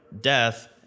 death